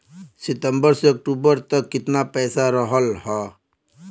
सितंबर से अक्टूबर तक कितना पैसा रहल ह?